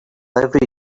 every